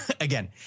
Again